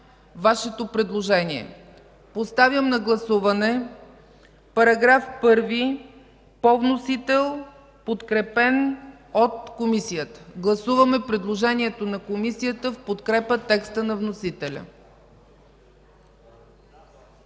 господин Славов. Поставям на гласуване § 1 по вносител, подкрепен от Комисията. Гласуваме предложението на Комисията в подкрепа текста на вносителя.